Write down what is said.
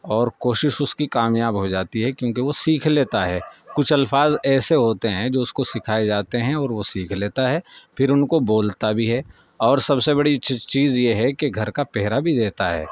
اور کوشش اس کی کامیاب ہوجاتی ہے کیوںکہ وہ سیکھ لیتا ہے کچھ الفاظ ایسے ہوتے ہیں جو اس کو سکھائے جاتے ہیں اور وہ سیکھ لیتا ہے پھر ان کو بولتا بھی ہے اور سب سے بڑی چیز یہ ہے کہ گھر کا پہرہ بھی دیتا ہے